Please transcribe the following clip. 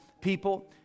people